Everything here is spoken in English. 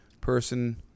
person